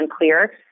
unclear